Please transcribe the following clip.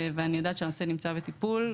ואני יודעת שהנושא הזה נמצא בטיפול.